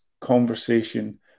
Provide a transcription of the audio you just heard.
conversation